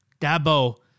Dabo